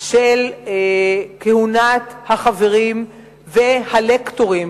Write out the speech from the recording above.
של כהונת החברים והלקטורים,